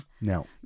no